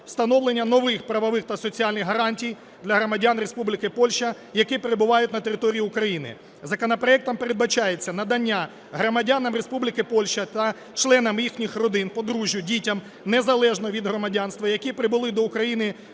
встановлення нових правових та соціальних гарантій для громадян Республіки Польща, які перебувають на території України. Законопроектом передбачається надання громадянам Республіки Польща та членам їхніх родин – подружжю, дітям (незалежно від громадянства), які прибули до України